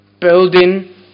building